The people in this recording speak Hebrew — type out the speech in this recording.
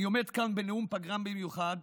אני עומד כאן בנאום פגרה מיוחד